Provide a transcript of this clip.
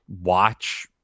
watch